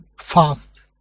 fast